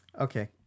Okay